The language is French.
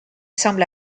semble